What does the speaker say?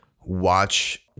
watch